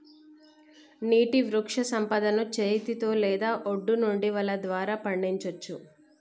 నీటి వృక్షసంపదను చేతితో లేదా ఒడ్డు నుండి వల ద్వారా పండించచ్చు